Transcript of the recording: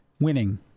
winning